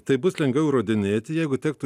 taip bus lengviau įrodinėti jeigu tektų